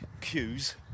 queues